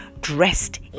dressed